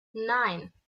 nein